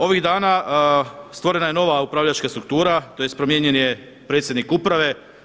Ovih dana stvorena je nova upravljačka struktura tj. promijenjen je predsjednik uprave.